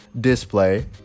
display